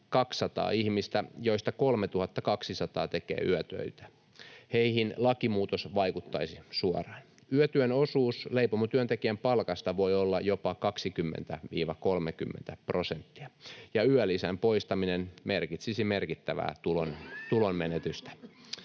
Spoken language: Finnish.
200 ihmistä, joista 3 200 tekee yötöitä. Heihin lakimuutos vaikuttaisi suoraan. Yötyön osuus leipomotyöntekijän palkasta voi olla jopa 20—30 prosenttia, ja yölisän poistaminen merkitsisi merkittävää tulonmenetystä.